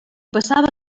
passava